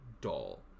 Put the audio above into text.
dull